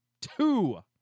Two